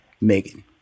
Megan